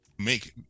make